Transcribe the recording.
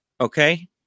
Okay